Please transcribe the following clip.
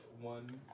one